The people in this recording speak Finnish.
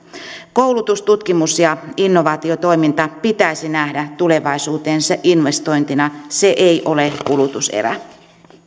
koulutus tutkimus ja innovaatiotoiminta pitäisi nähdä tulevaisuuteen investointina se ei ole kulutuserä